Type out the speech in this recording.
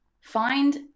find